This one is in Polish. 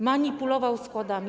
Manipulował składami.